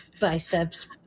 biceps